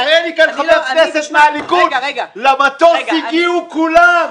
תראה לי כאן חבר כנסת מהליכוד, למטוס הגיעו כולם.